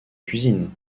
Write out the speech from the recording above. cuisine